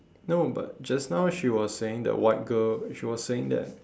no but just now she was saying that white girl she was saying that